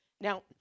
now